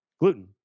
gluten